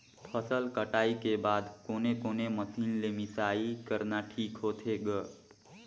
फसल कटाई के बाद कोने कोने मशीन ले मिसाई करना ठीक होथे ग?